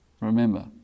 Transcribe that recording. Remember